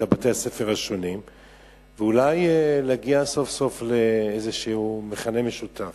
בתי-הספר השונים ואולי להגיע סוף-סוף לאיזשהו מכנה משותף.